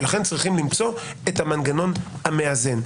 ולכן צריכים למצוא את המנגנון המאזן.